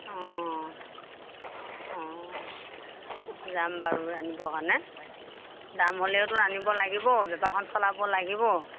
অ অ যাম বাৰু আনিবৰ কাৰণে দাম হ'লেওতো আনিব লাগিব বেপাৰখন চলাব লাগিব